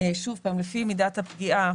לפי מידת הפגיעה